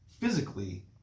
physically